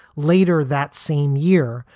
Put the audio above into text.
later that same year,